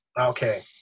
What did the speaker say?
okay